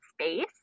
space